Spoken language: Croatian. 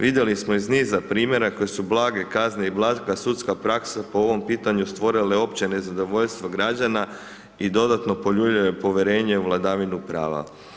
Vidjeli smo iz niza primjera koje su blage kazne i blaga sudska praksa po ovom pitanju stvorile opće nezadovoljstvo građana i dodatno poljuljale povjerenje u vladavinu prava.